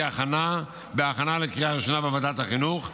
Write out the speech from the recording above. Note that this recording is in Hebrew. בהכנה לקריאה ראשונה בוועדת החינוך,